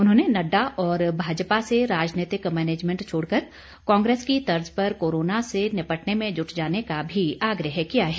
उन्होंने नड्डा और भाजपा से राजनीतिक मैनेजमेंट छोड़कर कांग्रेस की तर्ज पर कोरोना से निपटने में जुट जाने का भी आग्रह किया है